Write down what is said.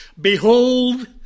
Behold